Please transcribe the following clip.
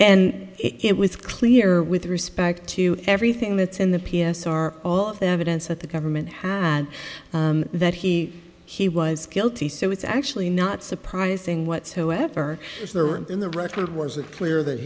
and it was clear with respect to everything that's in the p s r all of the evidence that the government had that he he was guilty so it's actually not surprising whatsoever in the record was it clear that